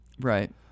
Right